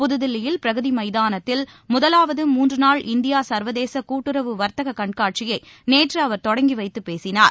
புதுதில்லியில் பிரகதி மைதானத்தில் முதலாவது மூன்றுநாள் இந்தியா சர்வதேச கூட்டுறவு வர்த்தக கண்காட்சியை நேற்று அவர் தொடங்கி வைத்துப் பேசினார்